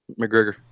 McGregor